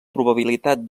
probabilitat